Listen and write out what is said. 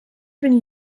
been